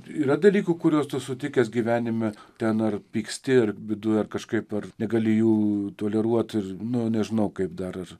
yra dalykų kuriuos tu sutikęs gyvenime ten ar pyksti ar viduj ar kažkaip ar negali jų toleruot ir nu nežinau kaip dar ir